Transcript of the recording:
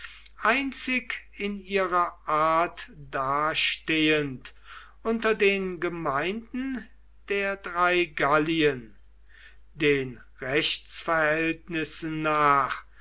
einzig in ihrer art dastehend unter den gemeinden der drei gallien den rechtsverhältnissen nach